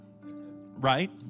Right